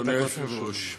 אדוני היושב-ראש,